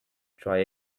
try